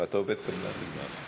אם אתה עובד קבלן, נגמר.